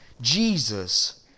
Jesus